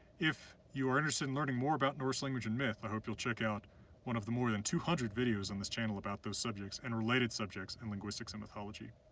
if you are interested in learning more about norse language and myth, i hope you'll check out one of the more than two hundred videos on this channel about those subjects and related subjects in linguistics and mythology.